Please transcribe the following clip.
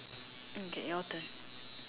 okay your turn